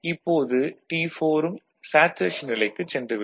இப்போது T4 ம் saturation நிலைக்குச் சென்று விடும்